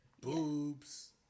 Boobs